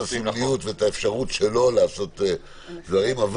הסמליות ואת האפשרות שלו לעשות דברים,